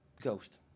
Ghost